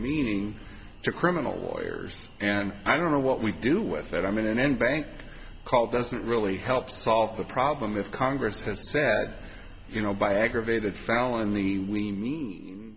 meaning to criminal lawyers and i don't know what we do with that i mean an end bank called doesn't really help solve the problem if congress has said you know by aggravated felony we mean